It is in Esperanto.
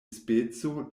speco